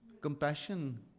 compassion